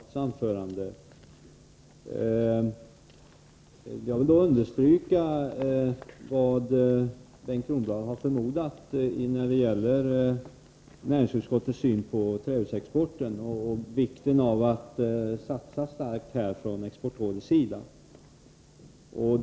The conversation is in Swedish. Herr talman! Jag vill bara göra ett kort inlägg med anledning av Bengt Kronblads anförande. Jag vill understryka det Bengt Kronblad har förmodat när det gäller näringsutskottets syn på trähusexporten, att det är av vikt att Exportrådet satsar starkt.